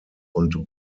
und